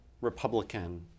Republican